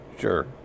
Sure